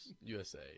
usa